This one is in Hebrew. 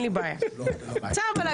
היה